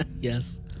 Yes